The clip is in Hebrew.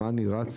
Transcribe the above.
מה אני רץ,